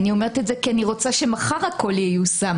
אני אומרת את זה כי אני רוצה שמחר הכול ייושם.